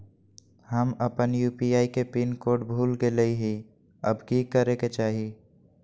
हम अपन यू.पी.आई के पिन कोड भूल गेलिये हई, अब की करे के चाही?